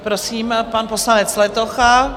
Prosím, pan poslanec Letocha.